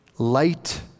light